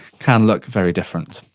can look very different.